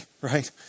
right